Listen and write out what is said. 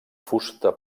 fusta